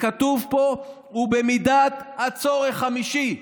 וכתוב פה: ובמידת הצורך חמישי.